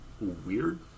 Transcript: weird